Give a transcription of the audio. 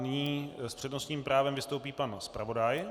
Nyní s přednostním právem vystoupí pan zpravodaj.